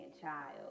child